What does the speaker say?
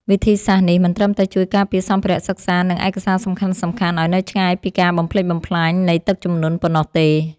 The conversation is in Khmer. វិធីសាស្ត្រនេះមិនត្រឹមតែជួយការពារសម្ភារៈសិក្សា និងឯកសារសំខាន់ៗឱ្យនៅឆ្ងាយពីការបំផ្លិចបំផ្លាញនៃទឹកជំនន់ប៉ុណ្ណោះទេ។